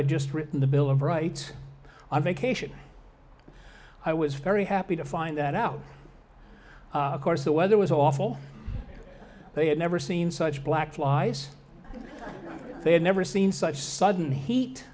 had just written the bill of rights on vacation i was very happy to find that out of course the weather was awful they had never seen such black flies they had never seen such sudden he